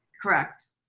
correct.